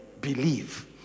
believe